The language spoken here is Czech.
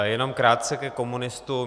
Jenom krátce ke komunistům.